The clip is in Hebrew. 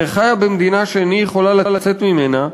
אני חיה במדינה שאיני יכולה לצאת ממנה,